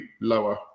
lower